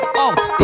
out